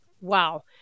wow